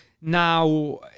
Now